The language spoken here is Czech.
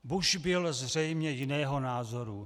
Bush byl zřejmě jiného názoru.